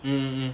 mm mm mm